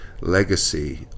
legacy